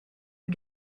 who